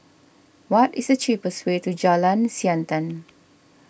what is the cheapest way to Jalan Siantan